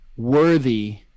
Worthy